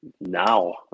now